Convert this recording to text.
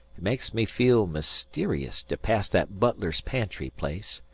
it makes me feel mysterious to pass that butler's-pantry place.